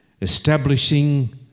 establishing